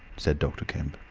said dr. kemp.